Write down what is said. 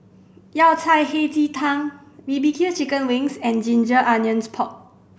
Yao Cai Hei Ji Tang B B Q chicken wings and ginger onions pork